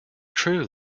true